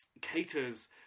caters